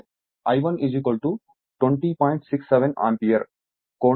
67ఆంపియర్ కోణం 37